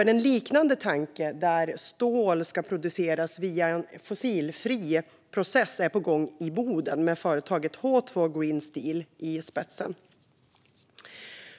En liknande tanke där stål ska produceras via en fossilfri process är på gång i Boden med företaget H2 Green Steel i spetsen.